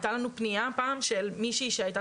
הייתה לנו פנייה פעם של משהיא שהייתה